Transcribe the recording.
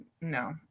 no